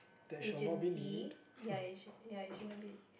agency ya ya agen~ ya